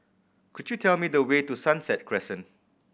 could you tell me the way to Sunset Crescent